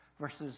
versus